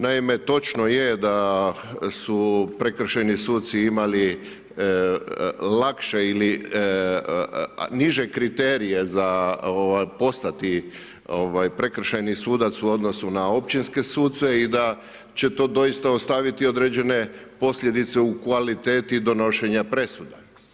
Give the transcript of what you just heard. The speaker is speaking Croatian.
Naime, točno je da su prekršajni suci imali lakše ili niže kriterije za postati prekršajni sudac u odnosu na općinske suce i da će to doista ostaviti određene posljedice u kvaliteti donošenja presuda.